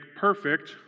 perfect